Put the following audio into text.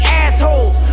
assholes